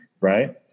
right